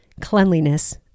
cleanliness